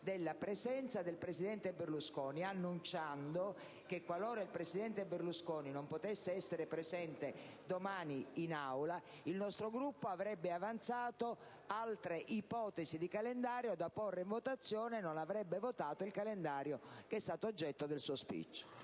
della presenza del presidente Berlusconi, annunciando che, qualora il presidente Berlusconi non potesse essere presente domani in Aula, il nostro Gruppo avrebbe avanzato altre ipotesi di calendario da porre in votazione e non avrebbe votato il calendario che è stato oggetto del suo *speech*.